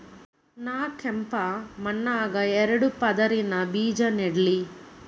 ನಾ ಕೆಂಪ್ ಮಣ್ಣಾಗ ಎರಡು ಪದರಿನ ಬೇಜಾ ನೆಡ್ಲಿ?